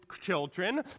children